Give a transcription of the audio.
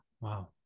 Wow